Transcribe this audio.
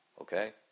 Okay